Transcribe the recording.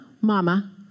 mama